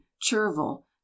chervil